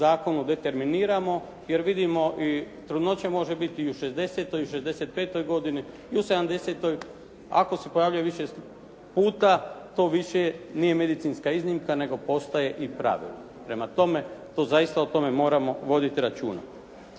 zakonu determiniramo jer vidimo i trudnoća može biti i u 60-toj i u 65-toj godini i u 70-toj ako se pojavljuje više puta to više nije medicinska iznimka nego postaje i pravilo. Prema tome tu zaista o tome moramo voditi računa.